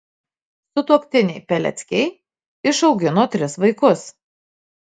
sutuoktiniai peleckiai išaugino tris vaikus